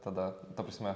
tada ta prasme